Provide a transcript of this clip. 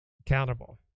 accountable